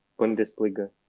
Bundesliga